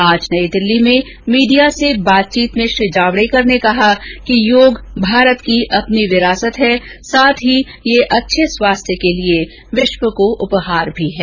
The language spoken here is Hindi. आज नई दिल्ली में मीडिया से बातचीत में श्री जावड़ेकर ने कहा कि योग भारत की अपनी विरासत है साथ ही यह अच्छे स्वास्थ्य के लिए विश्व को उपहार भी है